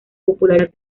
popularidad